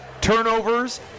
turnovers